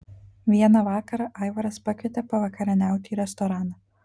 vieną vakarą aivaras pakvietė pavakarieniauti į restoraną